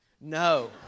No